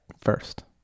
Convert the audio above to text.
first